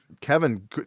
Kevin